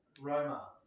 Roma